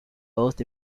both